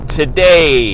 today